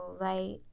light